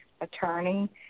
attorney